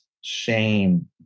shame